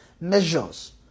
measures